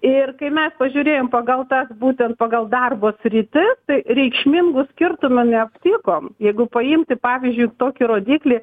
ir kai mes pažiūrėjom pagal tas būtent pagal darbo sritis tai reikšmingų skirtumų neaptikom jeigu paimti pavyzdžiui tokį rodiklį